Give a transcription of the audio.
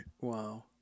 Wow